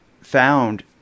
found